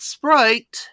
Sprite